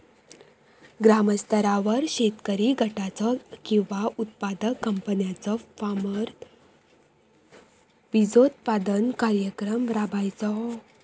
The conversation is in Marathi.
ग्रामस्तरावर शेतकरी गटाचो किंवा उत्पादक कंपन्याचो मार्फत बिजोत्पादन कार्यक्रम राबायचो?